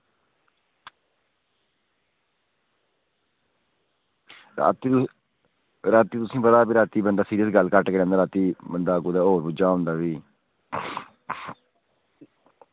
रातीं तुसेंगी रातीं तुसेंगी पता रातीं बंदा सीरियस गल्ल घट्ट गै करदा रातीं बंदा कुदै होर पुज्जे दा होंदा भी